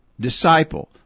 disciple